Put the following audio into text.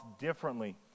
differently